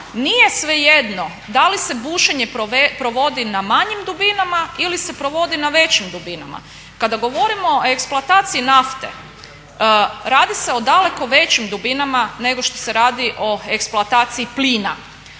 Nije svejedno da li se bušenje provodi na manjim dubinama ili se provodi na većim dubinama. Kada govorimo o eksploataciji nafte radi se o daleko većim dubinama nego što se radi o eksploataciji plina.